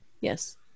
Yes